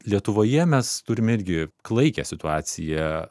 lietuvoje mes turim irgi klaikią situaciją